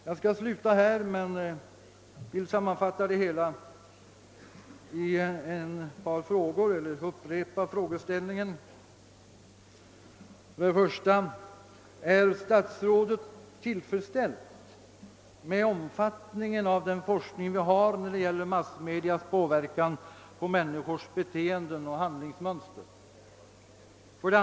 Jag vill sammanfatta mitt anförande genom att framställa följande frågor till utbildningsministern: 1. är statsrådet tillfredsställd med omfattningen av den forskning vi har när det gäller massmedias påverkan på människors beteenden och handlingsmönster? 2.